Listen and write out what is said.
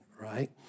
right